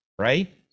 right